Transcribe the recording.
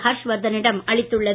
ஹர்ஷ்வர்தனிடம் அளித்துள்ளது